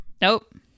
Nope